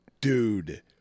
dude